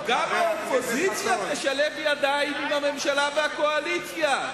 גם האופוזיציה תשלב ידיים עם הממשלה והקואליציה.